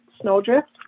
snowdrift